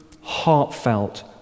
heartfelt